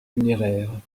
funéraires